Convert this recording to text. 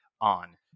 on